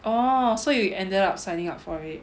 orh so you ended up signing up for it